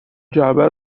جعبه